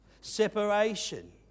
separation